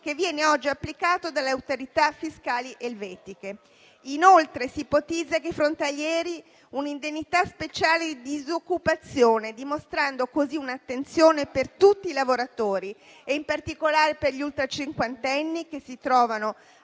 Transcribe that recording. alla fonte oggi applicato dalle autorità fiscali elvetiche. Inoltre, si ipotizza per i frontalieri un'indennità speciale di disoccupazione, dimostrando così un'attenzione per tutti i lavoratori e in particolare per gli ultracinquantenni che, a